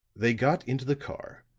they got into the car,